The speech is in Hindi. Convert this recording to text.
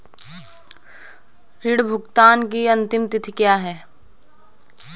ऋण भुगतान की अंतिम तिथि क्या है?